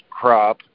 crop